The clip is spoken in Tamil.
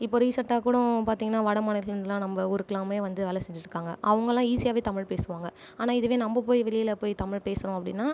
இப்போது ரீசன்ட்டாக கூட பார்த்தீங்கன்னா வட மாநிலத்துலேருந்துலாம் நம்ம ஊருக்குலாமே வந்து வேலை செஞ்சிட்ருக்காங்கள் அவங்களாம் ஈஸியாவே தமிழ் பேசுவாங்கள் ஆனால் இதுவே நம்ம போயி வெளியில் போய் தமிழ் பேசுகிறோம் அப்படின்னா